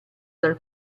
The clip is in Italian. dal